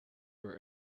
were